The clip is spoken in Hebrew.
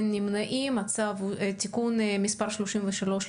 0 נמנעים 0 התיקון אושר אין מתנגדים ואין נמנעים.